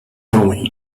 going